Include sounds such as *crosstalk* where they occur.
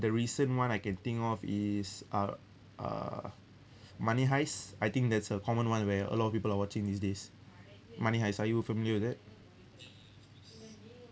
the recent one I can think of is err uh *breath* money heist I think that's a common one where a lot of people are watching these days money heist are you familiar with it